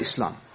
Islam